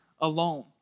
alone